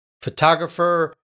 photographer